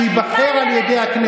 אולי כדאי לי יותר ללמוד על המסורת.